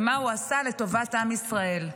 ומה הוא עשה לטובת עם ישראל.